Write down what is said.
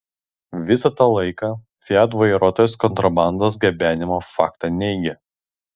visą tą laiką fiat vairuotojas kontrabandos gabenimo faktą neigė